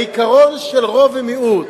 העיקרון של רוב ומיעוט,